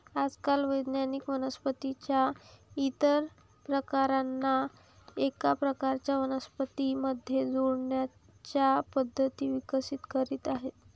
आजकाल वैज्ञानिक वनस्पतीं च्या इतर प्रकारांना एका प्रकारच्या वनस्पतीं मध्ये जोडण्याच्या पद्धती विकसित करीत आहेत